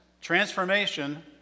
transformation